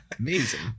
amazing